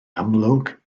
amlwg